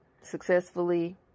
successfully